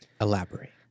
Elaborate